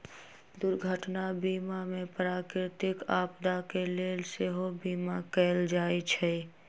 दुर्घटना बीमा में प्राकृतिक आपदा के लेल सेहो बिमा कएल जाइ छइ